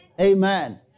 Amen